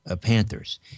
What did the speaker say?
panthers